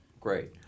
Great